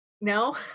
No